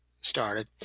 started